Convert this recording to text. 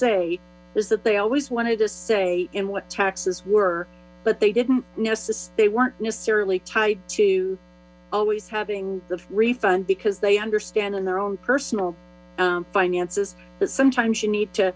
is that they always wanted to say and what taxes were but they didn't know they weren't necessarily tied to always having the refund because they understand in their own personal finances that sometimes you need to